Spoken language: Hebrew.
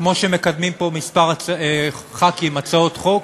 כמו שמקדמים פה כמה חברי כנסת הצעות חוק.